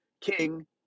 king